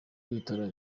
w’ibitaro